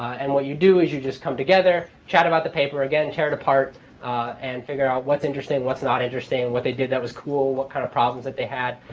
and what you do is you just come together, chat about the paper. again, tear it apart and figure out what's interesting, what's not interesting. what they did that was cool. what kind of problems that they had.